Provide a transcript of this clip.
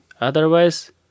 Otherwise